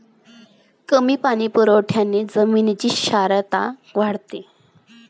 कमी पाणी पुरवठ्याने जमिनीची क्षारता वाढते